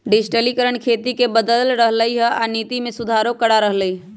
डिजटिलिकरण खेती के बदल रहलई ह आ नीति में सुधारो करा रह लई ह